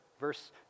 Verse